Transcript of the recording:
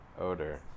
odor